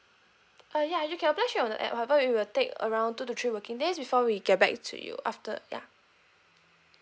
uh ya you can apply straight on the app however it will take around two to three working days before we get back to you after ya